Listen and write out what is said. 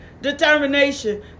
Determination